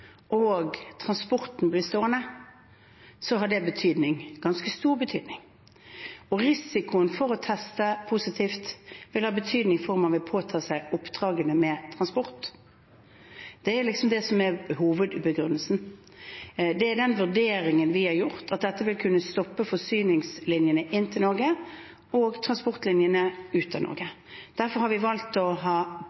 og transporten blir stående, har det betydning – ganske stor betydning. Risikoen for å teste positivt vil ha betydning for om man vil påta seg oppdragene med transport. Det er liksom det som er hovedbegrunnelsen. Det er den vurderingen vi har gjort, at dette vil kunne stoppe forsyningslinjene inn til Norge og transportlinjene ut av Norge.